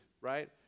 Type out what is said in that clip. right